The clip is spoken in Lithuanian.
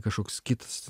kažkoks kitas